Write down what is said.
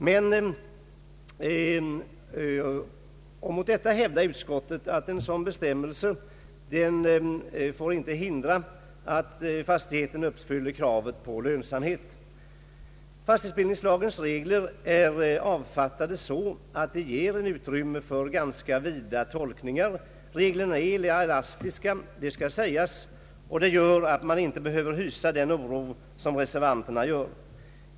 Mot detta hävdar utskottet att en sådan bestämmelse inte får hindra att fastigheten uppfyller kravet på lönsamhet. Fastighetsbildningslagens regler är avfattade så att de ger utrymme för ganska vida tolkningar. Reglerna är elastiska, det skall sägas, och det gör att man inte behöver hysa den oro som reservanterna gör.